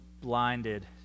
blinded